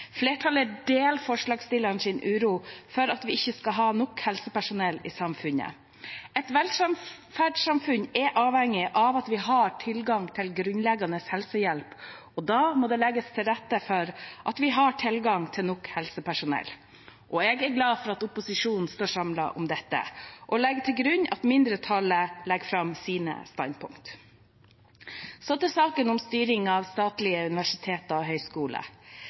Flertallet deler forslagsstillernes uro for at vi ikke skal ha nok helsepersonell i samfunnet. Et velferdssamfunn er avhengig av at vi har tilgang på grunnleggende helsehjelp, og da må det legges til rette for at vi har tilgang til nok helsepersonell. Jeg er glad for at opposisjonen står samlet om dette, og legger til grunn at mindretallet legger fram sine standpunkt. Så til saken om styring av statlige universiteter og